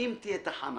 אם תהיה תחנה